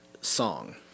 song